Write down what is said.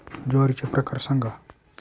ज्वारीचे प्रकार सांगा